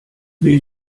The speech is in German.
will